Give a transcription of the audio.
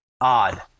odd